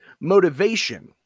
motivation